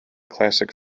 classic